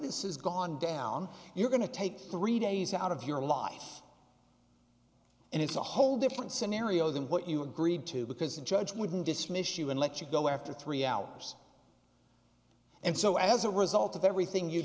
this is gone down you're going to take three days out of your life and it's a whole different scenario than what you agreed to because the judge wouldn't dismiss you and let you go after three hours and so as a result of everything you